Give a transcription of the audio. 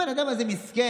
הבן אדם הזה מסכן.